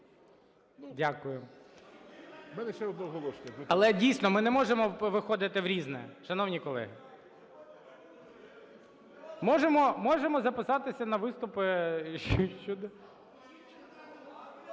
Дякую. Але, дійсно, ми не можемо виходити в "Різне", шановні колеги. Можемо записатися на виступи…